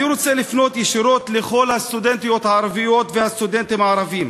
אני רוצה לפנות ישירות אל כל הסטודנטיות הערביות והסטודנטים הערבים: